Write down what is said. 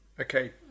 Okay